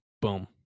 Boom